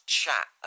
chat